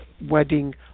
Wedding